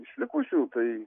iš likusių tai